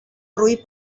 roí